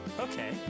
Okay